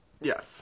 Yes